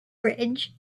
ridge